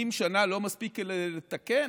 אם שנה לא מספיקה לתקן,